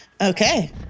Okay